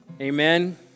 Amen